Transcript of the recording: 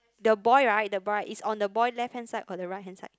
the boy right the bright is on the boy left hand side or the right hand side